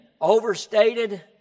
overstated